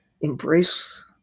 embrace